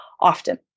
often